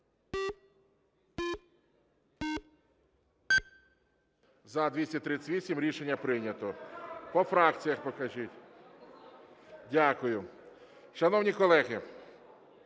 За-238 Рішення прийнято. По фракціях покажіть. Дякую. Шановні колеги,